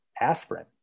aspirin